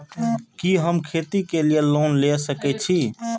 कि हम खेती के लिऐ लोन ले सके छी?